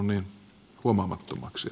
herra puhemies